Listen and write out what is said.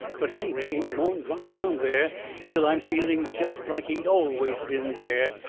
but henry ain't more'n dropped down there till i'm feeling jest like he'd always been there,